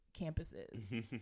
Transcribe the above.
campuses